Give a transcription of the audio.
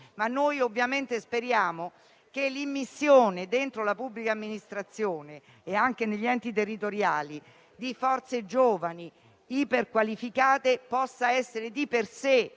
ma ovviamente speriamo che l'immissione nella pubblica amministrazione e negli enti territoriali di forze giovani e iperqualificate possa essere di per sé